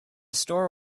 store